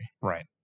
Right